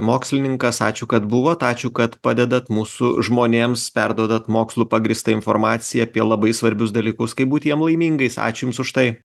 mokslininkas ačiū kad buvot ačiū kad padedat mūsų žmonėms perduodat mokslu pagrįstą informaciją apie labai svarbius dalykus kaip būti jiem laimingais ačiū jums už tai